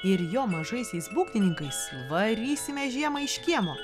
ir jo mažaisiais būgnininkais varysime žiemą iš kiemo